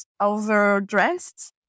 overdressed